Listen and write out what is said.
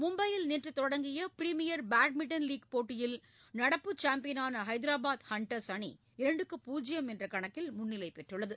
மும்பையில் நேற்று தொடங்கிய பிரிமியர் பேட்மின்டன் லீக் போட்டியில் நடப்பு சாம்பியனான ஹைதாரபாத் ஹண்டர்ஸ் அணி இரண்டுக்கு பூஜ்யம் என்ற கணக்கில் முன்னிலைப் பெற்றுள்ளது